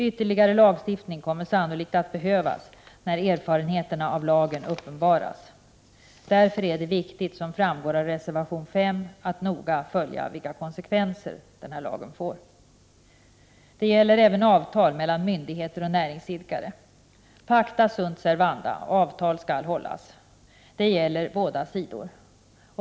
Ytterligare lagstiftning kommer sannolikt att behövas när erfarenheterna av lagen uppenbaras. Därför är det viktigt, som framgår av reservation 5, att noga följa vilka konsekvenser lagen får. Detta gäller även avtal mellan myndigheter och näringsidkare. Pacta sunt servanda — avtal skall hållas. Detta gäller båda sidor.